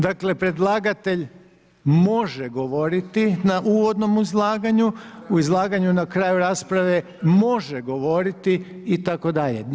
Dakle, predlagatelj može govoriti na uvodnom izlaganju, u izlaganju na kraju rasprave može govoriti itd.